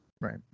right